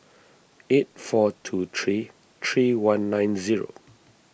eight four two three three one nine zero